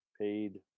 paid